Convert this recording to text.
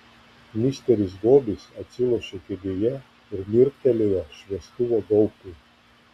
misteris gobis atsilošė kėdėje ir mirktelėjo šviestuvo gaubtui